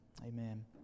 Amen